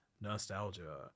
nostalgia